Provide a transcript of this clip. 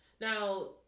Now